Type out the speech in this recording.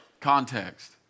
Context